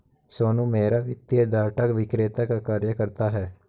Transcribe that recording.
सोनू मेहरा वित्तीय डाटा विक्रेता का कार्य करता है